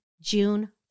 June